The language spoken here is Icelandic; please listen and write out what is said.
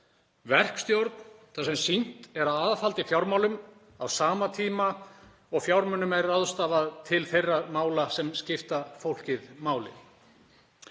Verkstjórn þar sem sýnt er aðhald í fjármálum á sama tíma og fjármunum er ráðstafað til þeirra mála sem skipta fólkið máli.